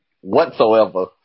Whatsoever